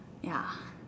ya